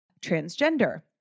transgender